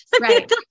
Right